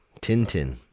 Tintin